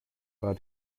war